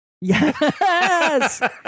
yes